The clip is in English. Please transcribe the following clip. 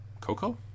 Coco